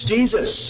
Jesus